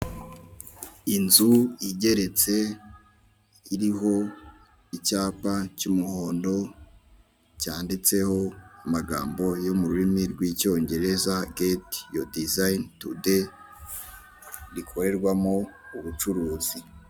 Inzu igeretse iriho icyapa cy'umuhondo, cyanditseho amagambo yo mu rurimi rw'icyongerezagete geti yowa dizayini tudayi rikorerwamo ubucuruzi.